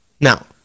Now